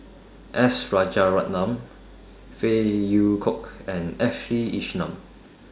S Rajaratnam Phey Yew Kok and Ashley Isham